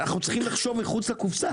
אנחנו צריכים לחשוב מחוץ לקופסה.